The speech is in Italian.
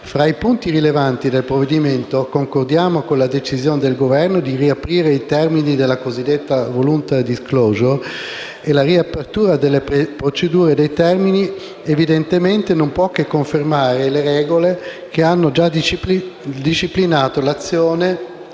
Fra i punti rilevanti del provvedimento concordiamo con la decisione del Governo di riaprire i termini relativi alla *voluntary disclosure*. La riapertura delle procedure e dei termini evidentemente non può che confermare le regole che hanno già disciplinato l'azione